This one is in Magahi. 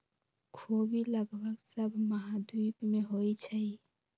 ख़ोबि लगभग सभ महाद्वीप में होइ छइ